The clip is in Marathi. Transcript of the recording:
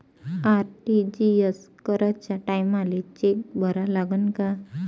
आर.टी.जी.एस कराच्या टायमाले चेक भरा लागन का?